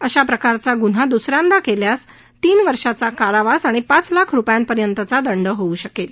अशा प्रकारचा गुन्हा दुस यांदा केल्यास तीन वर्षांचा कारावास आणि पाच लाख रुपयांपर्यंतचा दंड होऊ शकेल